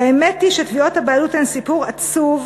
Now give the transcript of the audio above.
האמת היא שתביעות הבעלות הן סיפור עצוב,